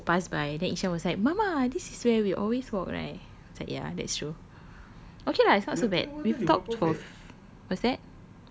just now kita walked past by then ishan was like mama this is where we always walk right I was like ya that's true okay lah that's not so bad we've talked for what's that